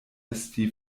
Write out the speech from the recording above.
esti